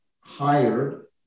hired